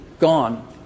Gone